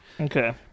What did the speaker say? Okay